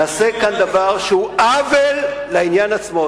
נעשה כאן דבר שהוא עוול לעניין עצמו.